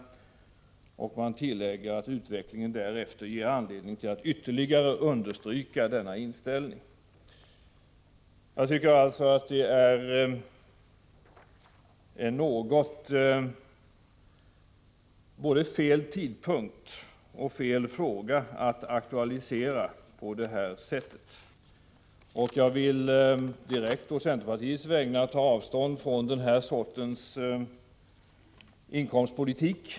Man tillade: ”Utvecklingen därefter ger anledning till att ytterligare understryka denna inställning.” Det förslag som har lagts fram innebär enligt min mening både att det är fel fråga som nu aktualiserats på det här området och att det är fel tidpunkt. Jag vill direkt å centerpartiets vägnar ta avstånd från den här sortens inkomstpolitik.